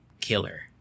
killer